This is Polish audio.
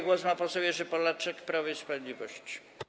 Głos ma poseł Jerzy Polaczek, Prawo i Sprawiedliwość.